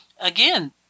again